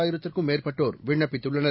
ஆயிரத்திற்கும் மேற்பட்டோர் விண்ணப்பித்துள்ளனர்